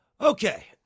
Okay